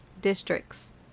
districts